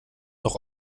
noch